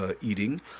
eating